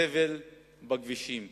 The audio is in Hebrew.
הזבל בכבישים.